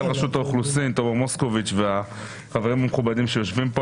רשות האוכלוסין תומר מסקוביץ והחברים המכובדים שיושבים כאן.